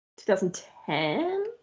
2010